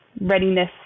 readiness